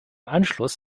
anschluss